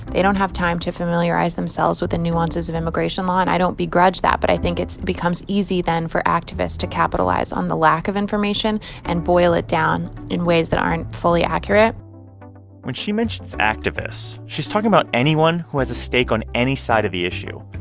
they don't have time to familiarize themselves with the nuances of immigration law. and i don't begrudge that, but i think it becomes easy then for activists to capitalize on the lack of information and boil it down in ways that aren't fully accurate when she mentions activists, she's talking about anyone who has a stake on any side of the issue.